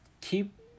keep